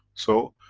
so,